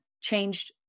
changed